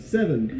Seven